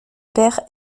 peyre